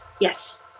yes